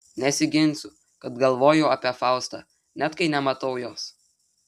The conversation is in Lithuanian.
nesiginsiu kad galvoju apie faustą net kai nematau jos